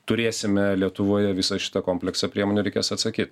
turėsime lietuvoje visą šitą kompleksą priemonių reikės atsakyt